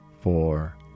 four